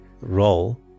role